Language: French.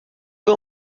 peu